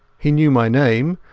he knew my name,